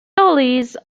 alleys